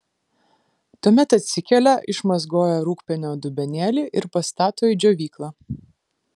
tuomet atsikelia išmazgoja rūgpienio dubenėlį ir pastato į džiovyklą